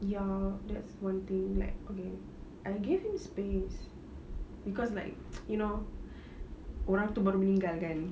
ya that's one thing like okay I'll give him space cause like you know orang tu baru meninggal kan